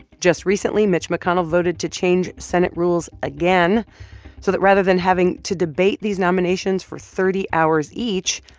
just recently, mitch mcconnell voted to change senate rules again so that rather than having to debate these nominations for thirty hours each,